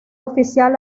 oficial